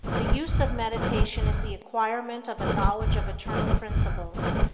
the use of meditation is the acquirement of a knowledge of eternal principles,